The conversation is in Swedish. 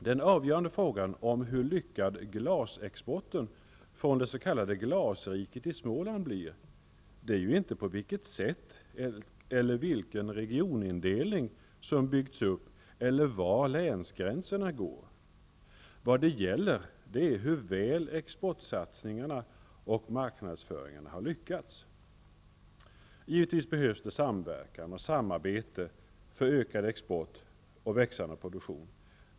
Den avgörande frågan om hur lyckad glasexporten från det s.k. glasriket i Småland blir, är inte på vilket sätt eller vilken regionindelning som byggs upp eller var länsgränserna går. Vad det gäller är hur väl exportsatsningarna och marknadsföringen lyckas. Givetvis behövs det samverkan och samarbete för ökad export och växande produktion.